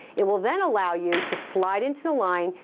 it will then allow you to slide into the line,